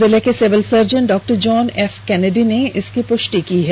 जिले के civil surgeon डॉ जॉन एफ कनेडी ने इसकी पुष्टि की है